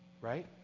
right